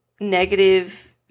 negative